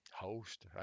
host